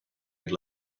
had